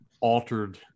altered